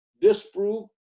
disprove